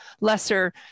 lesser